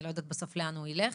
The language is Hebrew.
אני לא יודעת בסוף לאן הוא ילך.